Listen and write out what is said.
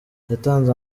yatanze